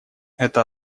это